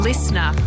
Listener